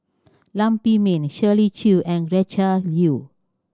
Lam Pin Min Shirley Chew and Gretchen Liu